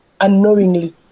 unknowingly